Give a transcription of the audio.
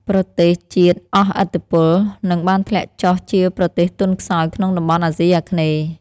ប្រទេសជាតិអស់ឥទ្ធិពល និងបានធ្លាក់ចុះជាប្រទេសទន់ខ្សោយក្នុងតំបន់អាស៊ីអាគ្នេយ៍។